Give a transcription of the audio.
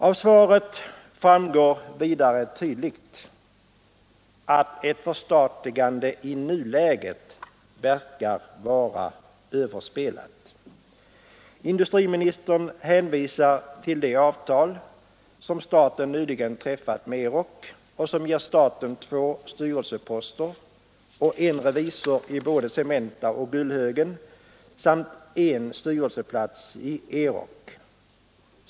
Av svaret framgår vidare tydligt att ett förstatligande i nuläget verkar vara överspelat. Industriministern hänvisar till det avtal som staten nyligen träffat med Euroc och som ger staten två styrelseposter och en revisor i både Cementa och Gullhögen samt en styrelseplats i Euroc.